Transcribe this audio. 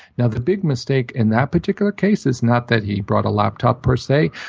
now, the big mistake in that particular case is not that he brought a laptop, per se,